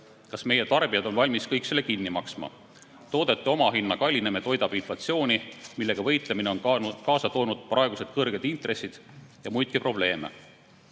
Kas meie tarbijad on valmis kõik selle kinni maksma? Toodete omahinna kallinemine toidab inflatsiooni, millega võitlemine on kaasa toonud praegused kõrged intressid ja muidki probleeme.